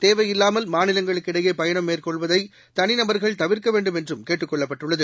தேவையில்லாமல் மாநிலங்களுக்கு இடையேபயணம் மேற்கொள்வதைதனிநபர்கள் தவிர்க்கவேண்டும் என்றும் கேட்டுக் கொள்ளப்பட்டுள்ளது